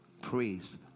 praise